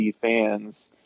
fans